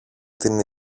την